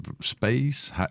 space